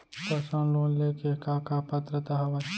Personal loan ले के का का पात्रता का हवय?